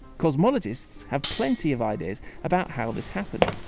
cosmologists have plenty of ideas about how this happened.